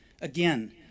Again